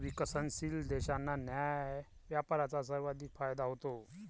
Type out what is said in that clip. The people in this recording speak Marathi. विकसनशील देशांना न्याय्य व्यापाराचा सर्वाधिक फायदा होतो